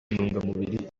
intungamubiri